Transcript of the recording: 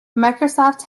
microsoft